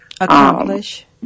accomplish